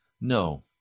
No